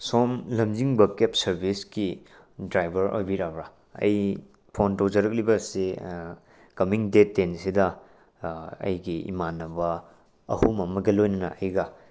ꯁꯣꯝ ꯂꯝꯖꯤꯡꯕ ꯀꯦꯕ ꯁꯔꯚꯤꯁꯀꯤ ꯗ꯭ꯔꯥꯏꯚꯔ ꯑꯣꯏꯕꯤꯔꯕ꯭ꯔꯥ ꯑꯩ ꯐꯣꯟ ꯇꯧꯖꯔꯛꯂꯤꯕ ꯑꯁꯤ ꯀꯝꯃꯤꯡ ꯗꯦꯠ ꯇꯦꯟꯁꯤꯗ ꯑꯩꯒꯤ ꯏꯃꯥꯟꯅꯕ ꯑꯍꯨꯝ ꯑꯃꯒ ꯂꯣꯏꯅꯅ ꯑꯩꯒ